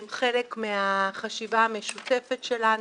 הם חלק מהחשיבה המשותפת שלנו,